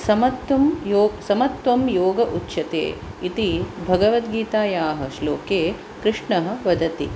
समत्त्वं योग समत्त्वं योग उच्यते इति भगवद्गीतायाः श्लोके कृष्णः वदति